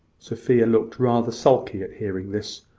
sophia looked rather sulky at hearing this,